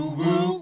woo